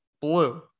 blue